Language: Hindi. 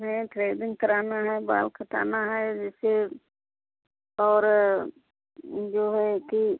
हेयर ट्रेविंग कराना है बाल कटाना है जैसे और जो है कि